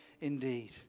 indeed